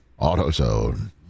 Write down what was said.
AutoZone